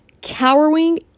cowering